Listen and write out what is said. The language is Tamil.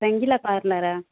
ரங்கீலா பார்லரா